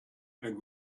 and